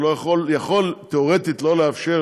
או יכול תיאורטית לא לאפשר,